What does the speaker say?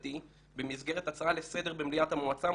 מבדיקתי במסגרת הצעה לסדר במליאת המועצה,